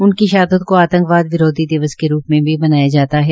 उनकी शहादत को आंतकवाद विरोधी दिवस के रूप मे भी मनाया जाता है